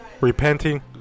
repenting